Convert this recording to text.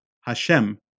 Hashem